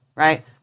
Right